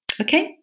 Okay